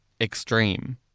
extreme